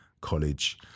college